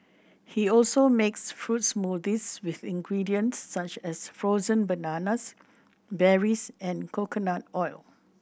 he also makes fruit smoothies with ingredients such as frozen bananas berries and coconut oil